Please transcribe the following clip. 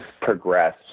progress